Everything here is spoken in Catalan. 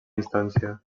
instància